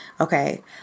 Okay